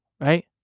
right